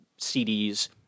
CDs